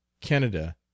canada